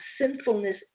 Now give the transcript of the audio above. sinfulness